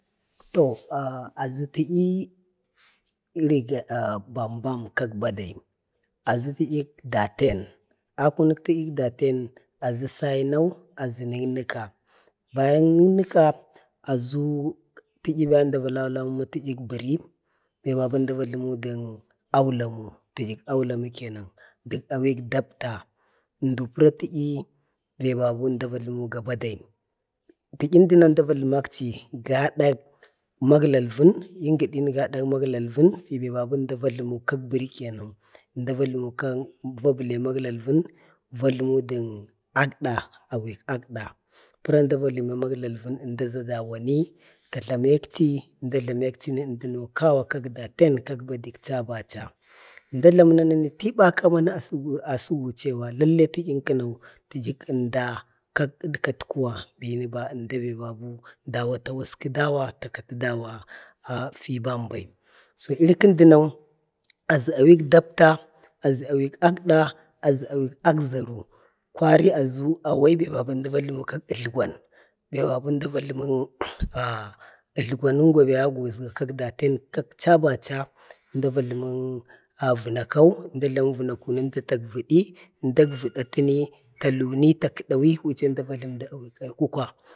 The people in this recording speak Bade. to aʒa təyi irək bambam kak bade. a kunək ta'yək daten aʒu sainakm aʒə ləkləka, bayan ləkləka aʒu tə'yi əmda va laula ma tə'yək aulamu kenan, dək awai dapta, fe babu əmda va jləmu ga badai. tə'yəmduno əmda vajləmakchi gadak maglalvən, yim gadina gadau maglalvən, e bebi əmda vajləmə kak bəri kenan. ʒmda vajləmi dən agda, awək agda, pəra əmda vajləmi, maglalvən, ʒmda ʒa jawoni, da jlamikchi əmduno kawa kak daten, kak badek chabacha ʒmda jlaməna tiba kama na a sagəma lalle tə'yən kak əmda kak dətkəktuwa dawo ta waskə dawa akchi fi bambai iri kəndənau aʒu awik tapta, awik agda, aʒu awik be əmda vajlumu. ah-ətlgwanəngwa be a wuʒgo kak daten kakcha bacha, əmda va jləmək vənakau, əmda jlamu vənakauna əmda tavədi, əmda əfgənitini ta luni ta hadawi wucen əmda tabi aikukwa.